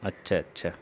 اچھا اچھا